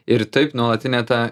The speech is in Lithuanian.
ir taip nuolatinė ta